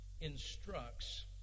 instructs